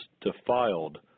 defiled